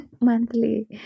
monthly